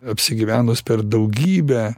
apsigyvenus per daugybę